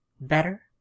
Better